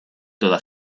toda